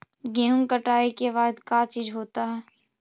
गेहूं कटाई के बाद का चीज होता है?